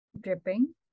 dripping